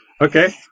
Okay